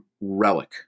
Relic